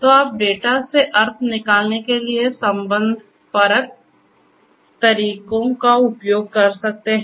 तो आप डेटा से अर्थ निकालने के लिए संबंधपरक तरीकों का उपयोग कर सकते हैं